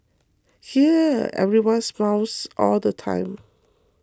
here everybody smiles all the time